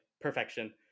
perfection